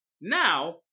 Now